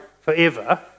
forever